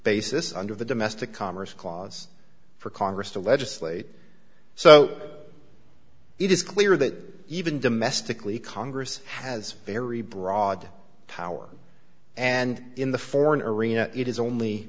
basis under the domestic commerce clause for congress to legislate so it is clear that even domestically congress has very broad powers and in the foreign arena it is only